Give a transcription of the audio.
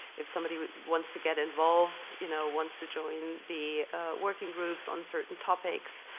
if somebody wants to get involved you know, wants to join the working groups on certain topics.